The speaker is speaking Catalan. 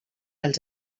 els